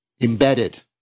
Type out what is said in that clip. embedded